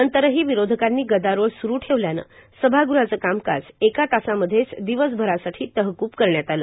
नंतरही विरोधकांनी गदाराळ सुरू ठेवल्यानं सभागृहाचं कामकाज एका तासामध्येच दिवसभरासाठी तहकूब करण्यात आला